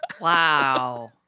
Wow